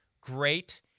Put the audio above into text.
great